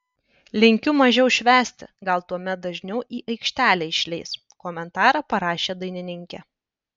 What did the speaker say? linkiu mažiau švęsti gal tuomet dažniau į aikštelę išleis komentarą parašė dainininkė